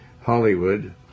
hollywood